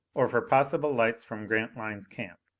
or for possible lights from grantline's camp.